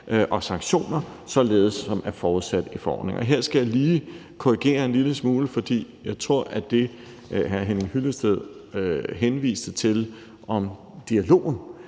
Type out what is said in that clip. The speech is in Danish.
og sanktioner, således som det er forudsat i forordningen. Her skal jeg lige korrigere en lille smule, for jeg tror, at det, hr. Henning Hyllested henviste til, om dialogen